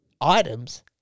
items